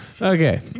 Okay